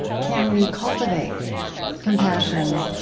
can we cultivate compassion?